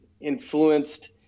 influenced